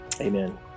amen